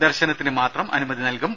ദർശനത്തിന് മാത്രം അനുമതി നൽകും